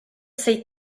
sei